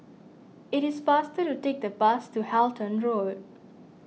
it is faster to take the bus to Halton Road